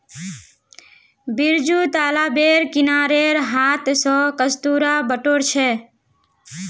बिरजू तालाबेर किनारेर हांथ स कस्तूरा बटोर छ